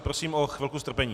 Prosím o chvilku strpení.